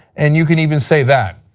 and you can even say that.